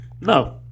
No